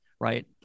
right